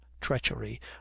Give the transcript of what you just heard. treachery